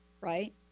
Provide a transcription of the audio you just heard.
right